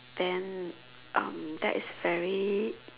then um that is very